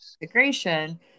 integration